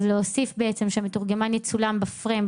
אז להוסיף שהמתורגמן יצולם בפריים.